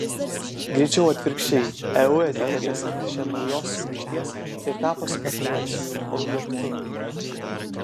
greičiau atvirkščiai eu etiketės atnešė naujos sumaišties ir tapo spekuliacijų objektu